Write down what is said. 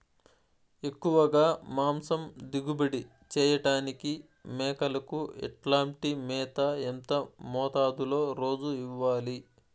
ఎక్కువగా మాంసం దిగుబడి చేయటానికి మేకలకు ఎట్లాంటి మేత, ఎంత మోతాదులో రోజు ఇవ్వాలి?